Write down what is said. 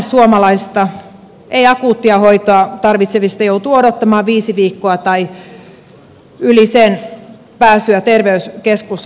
kolmannes suomalaisista ei akuuttia hoitoa tarvitsevista joutuu odottamaan viisi viikkoa tai sen yli pääsyä terveyskeskuslääkärille